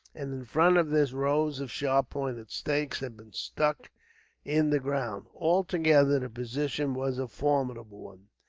and in front of this rows of sharp-pointed stakes had been stuck in the ground. altogether, the position was a formidable one.